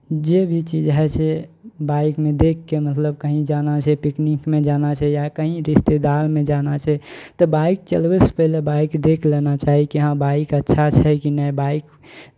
जे भी चीज होइ छै बाइकमे देखि कऽ मतलब कहीँ जाना छै पिकनिकमे जाना छै या कहीँ रिश्तेदारमे जाना छै तऽ बाइक चलबयसँ पहिले बाइक देख लेना चाही कि हँ बाइक अच्छा छै कि नहि बाइक